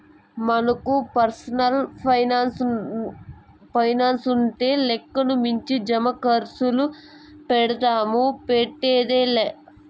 మనకు పర్సనల్ పైనాన్సుండింటే లెక్కకు మించి జమాకర్సులు పెడ్తాము, పెట్టేదే లా